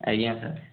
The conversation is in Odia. ଆଜ୍ଞା ସାର୍